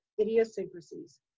idiosyncrasies